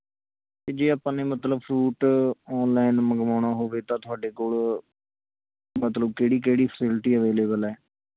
ਅਤੇ ਜੇ ਆਪਾਂ ਨੇ ਮਤਲਬ ਫਰੂਟ ਔਨਲਾਈਨ ਮੰਗਵਾਉਣਾ ਹੋਵੇ ਤਾਂ ਤੁਹਾਡੇ ਕੋਲ ਮਤਲਬ ਕਿਹੜੀ ਕਿਹੜੀ ਫੈਸੀਲੀਟੀ ਅਵੇਲੇਬਲ ਹੈ